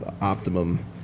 Optimum